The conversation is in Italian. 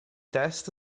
test